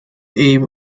aim